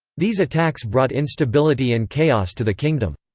these attacks brought instability and chaos to the kingdom.